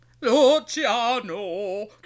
Luciano